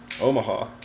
Omaha